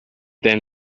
then